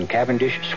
Cavendish